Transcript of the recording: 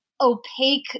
opaque